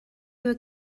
were